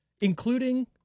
Including